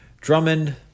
Drummond